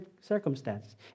circumstance